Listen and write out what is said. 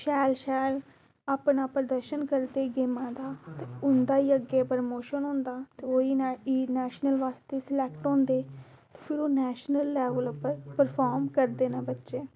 शैल शैल अपना प्रदर्शन करदे गेमां दा ते उं'दा ई अग्गें प्रमोशन होंदा ते ओह् ई नैशनल बास्तै सलैक्ट होंदे फिर ओह् नैशनल लैवल उप्पर परफार्म करदे न बच्चे